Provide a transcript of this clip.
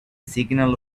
signal